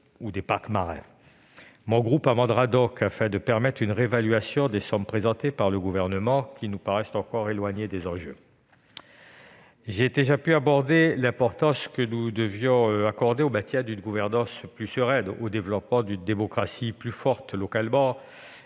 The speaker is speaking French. groupe présentera donc un amendement afin de permettre une réévaluation des sommes présentées par le Gouvernement, qui nous paraissent encore éloignées des enjeux. J'ai déjà pu aborder l'importance que nous devrions accorder au maintien d'une gouvernance plus sereine, au développement d'une démocratie plus forte localement